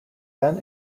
then